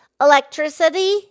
electricity